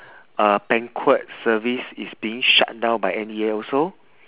uh banquet service is being shut down by N_E_A also